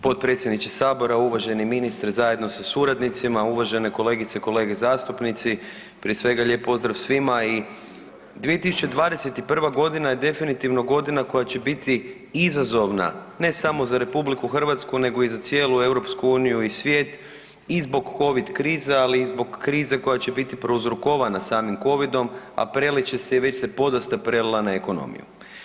Potpredsjedniče sabora, uvaženi ministre zajedno sa suradnicima, uvažene kolegice i kolege zastupnici, prije svega lijep pozdrav svima i 2021. godina je definitivno godina koja će biti izazovna ne samo za RH nego i za cijelu EU i svijet i zbog Covid krize, ali i zbog krize koja će biti prouzrokovana samim Covidom, a prelit će se i već se podosta prelila na ekonomiju.